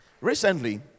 Recently